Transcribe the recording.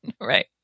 Right